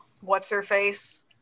what's-her-face